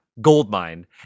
Goldmine